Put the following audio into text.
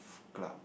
club